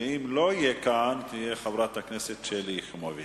ואם לא יהיה כאן, חברת הכנסת שלי יחימוביץ.